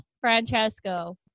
Francesco